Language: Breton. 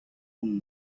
hon